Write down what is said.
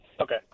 okay